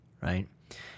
right